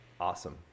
Awesome